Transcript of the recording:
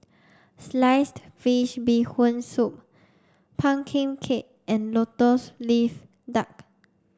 sliced fish bee hoon soup pumpkin cake and lotus leaf duck